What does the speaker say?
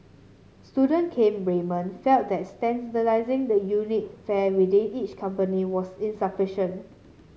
student Kane Raymond felt that standardising the unit fare within each company was insufficient